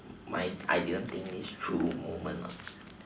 my I didn't think this through moment ah